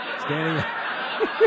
Standing